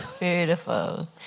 Beautiful